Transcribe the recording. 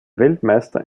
weltmeister